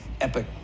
epic